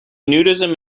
nudism